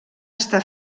està